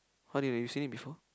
how do you know you've seen it before